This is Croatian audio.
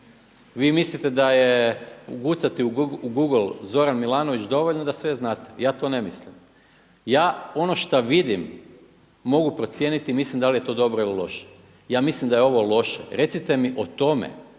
Vi mislite da je ukucati u google Zoran Milanović dovoljno da sve znate. Ja to ne mislim. Ja ono šta vidim mogu procijeniti i mislim da li je to dobro ili loše. Ja mislim da je ovo loše. Recite mi o tome,